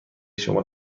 شما